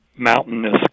mountainous